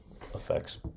effects